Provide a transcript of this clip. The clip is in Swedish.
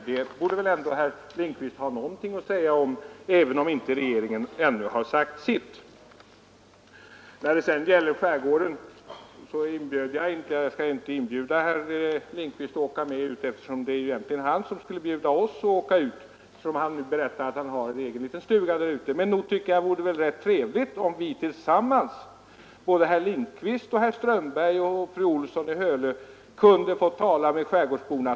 Herr Lindkvist borde väl ha någonting att säga om det, även om inte regeringen ännu har sagt sitt. Jag skall inte inbjuda herr Lindkvist att åka med ut i skärgården. Egentligen är det ju han som borde bjuda ut oss, eftersom han nu berättar att han har en egen liten stuga där. Men nog vore det rätt trevligt, om vi tillsammans — herr Lindkvist, herr Strömberg i Botkyrka, fru Olsson i Hölö och jag — kunde få tala med skärgårdsborna.